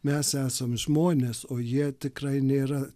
mes esam žmonės o jie tikrai nėra